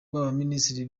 baminisitiri